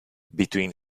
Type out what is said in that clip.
between